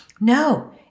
No